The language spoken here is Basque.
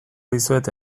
dizuet